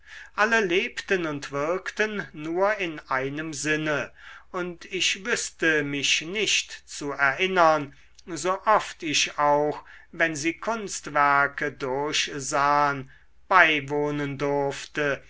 alle lebten und wirkten nur in einem sinne und ich wüßte mich nicht zu erinnern so oft ich auch wenn sie kunstwerke durchsahen beiwohnen durfte